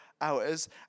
hours